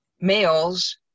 males